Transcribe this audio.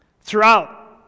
throughout